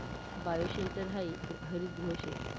bioshelter हायी हरितगृह शे